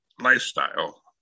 lifestyle